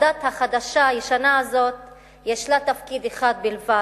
הדת החדשה-הישנה הזאת יש לה תפקיד אחד בלבד: